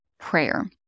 Prayer